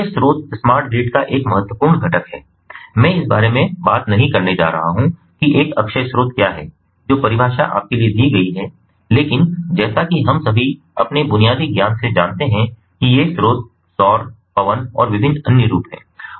अक्षय स्रोत smart grid का एक महत्वपूर्ण घटक है मैं इस बारे में बात नहीं करने जा रहा हूं कि एक अक्षय स्रोत क्या है जो परिभाषा आपके लिए दी गई है लेकिन जैसा कि हम सभी अपने बुनियादी ज्ञान से जानते हैं कि ये स्रोत सौर पवन और विभिन्न अन्य रूप हैं